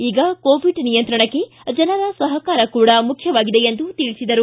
ಈಗ ಕೋವಿಡ್ ನಿಯಂತ್ರಣಕ್ಕೆ ಜನರ ಸಹಕಾರ ಕೂಡಾ ಮುಖ್ಯವಾಗಿದೆ ಎಂದು ತಿಳಿಸಿದರು